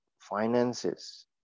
finances